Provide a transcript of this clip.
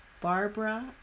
Barbara